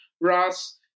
Ross